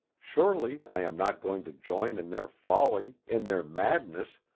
surely i am not going to join in their folly, in their madness,